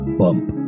bump